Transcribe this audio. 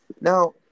Now